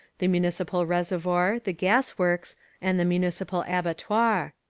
the municipal reservoir, the gas works and the municipal abattoir.